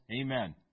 Amen